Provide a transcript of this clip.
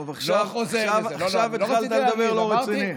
עכשיו התחלת לדבר לא רציני.